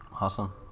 Awesome